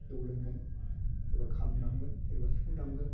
जौ लोंगोन सोरबा खाम दामगोन सोरबा सिफुं दामगोन